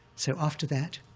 so after that,